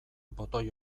botoi